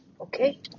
Okay